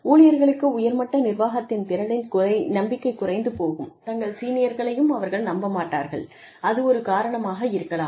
ஊழியர்களுக்கு உயர்மட்ட நிர்வாகத்தின் திறனில் நம்பிக்கை குறைந்து போகும் தங்கள் சீனியர்களையும் அவர்கள் நம்ப மாட்டார்கள் அது ஒரு காரணமாக இருக்கலாம்